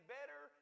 better